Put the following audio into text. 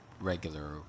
regular